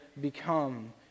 become